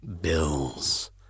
Bills